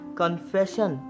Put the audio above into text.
confession